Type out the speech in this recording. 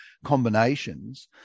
Combinations